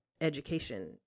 education